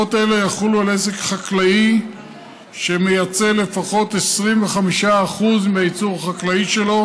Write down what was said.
הטבות אלה יחולו על עסק חקלאי שמייצא לפחות 25% מהייצור החקלאי שלו,